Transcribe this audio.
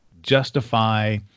justify